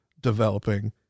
developing